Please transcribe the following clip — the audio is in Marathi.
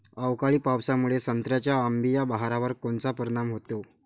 अवकाळी पावसामुळे संत्र्याच्या अंबीया बहारावर कोनचा परिणाम होतो?